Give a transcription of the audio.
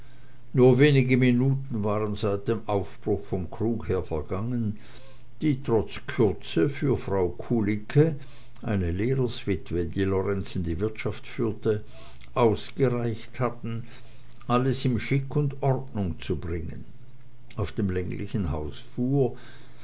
nur wenige minuten waren seit dem aufbruch vom krug her vergangen die trotz kürze für frau kulicke eine lehrerswitwe die lorenzen die wirtschaft führte ausgereicht hatten alles in chic und ordnung zu bringen auf dem länglichen